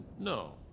No